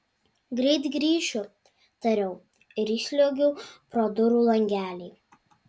greit grįšiu tariau ir įsliuogiau pro durų langelį